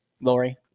Lori